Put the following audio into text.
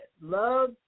Love